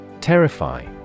Terrify